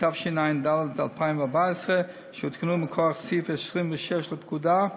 התשע"ד 2014, שהותקנו מכוח סעיף 26 לפקודה,